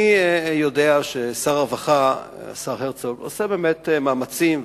אני יודע ששר הרווחה הרצוג עושה מאמצים,